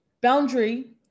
boundary